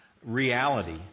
reality